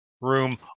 room